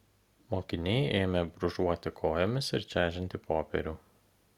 mokiniai ėmė brūžuoti kojomis ir čežinti popierių